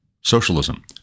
socialism